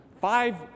five